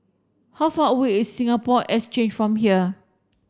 how far away is Singapore Exchange from here